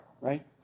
right